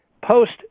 Post